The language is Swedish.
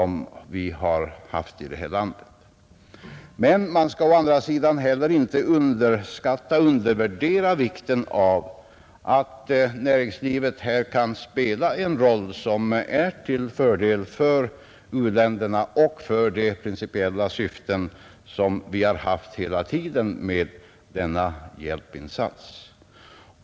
Men man skall å andra sidan inte heller undervärdera vikten av näringslivets insatser till förmån för u-länderna i enlighet med de principiella syften som vi hela tiden har haft med denna hjälpinsats.